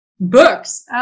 Books